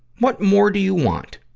what more do you want?